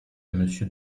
monsieur